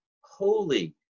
holy